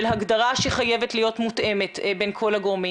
של הגדרה שחייבת להיות מותאמת בין כל הגורמים